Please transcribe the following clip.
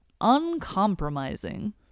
uncompromising